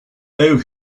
owe